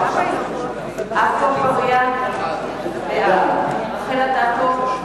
אינה נוכחת עפו אגבאריה, בעד רחל אדטו,